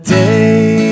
day